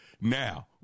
Now